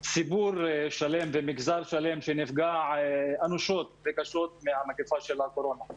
ציבור שלם ומגזר שלם שנפגע אנושות וקשות מהמגפה של הקורונה.